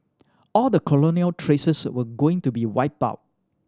all the colonial traces were going to be wiped out